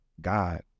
God